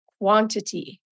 quantity